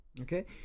Okay